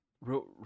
Real